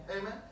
Amen